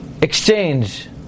exchange